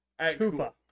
Hoopa